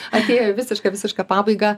atėjo į visišką visišką pabaigą